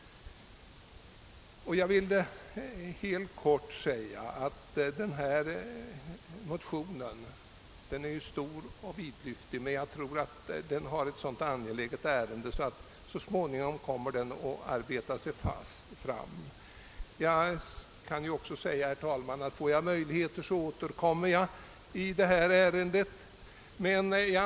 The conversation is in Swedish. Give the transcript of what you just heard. Denna motion är stor och vidlyftig, men den är ute i ett så angeläget ärende, att jag tror att den så småningom kommer att leda till ett resultat. Får jag tillfälle härtill skall jag återkomma i detta ärende.